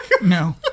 no